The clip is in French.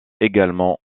également